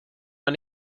man